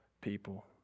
people